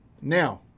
Now